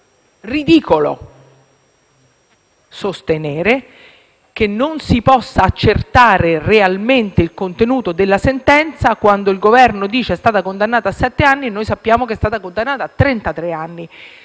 È ridicolo sostenere che non si possa accertare realmente il contenuto della sentenza: il Governo dice che è stata condannata a sette anni, ma sappiamo che è stata condannata a